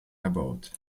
erbaut